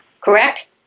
Correct